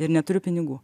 ir neturiu pinigų